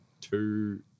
two